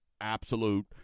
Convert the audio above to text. absolute